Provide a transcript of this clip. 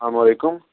سلام علیکُم